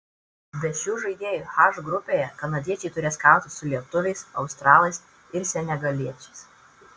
be šių žaidėjų h grupėje kanadiečiai turės kautis su lietuviais australais ir senegaliečiais